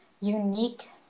unique